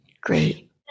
Great